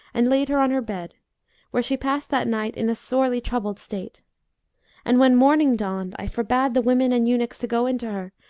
and laid her on her bed where she passed that night in a sorely troubled state and, when morning dawned, i forbade the women and eunuchs to go in to her,